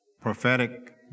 prophetic